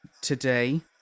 today